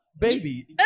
baby